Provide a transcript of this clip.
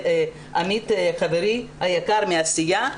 חברי היקר מהסיעה,